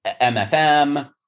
mfm